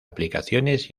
aplicaciones